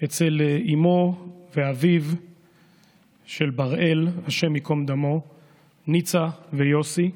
אצל אימו ואביו של בראל הי"ד, ניצה ויוסי,